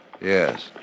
yes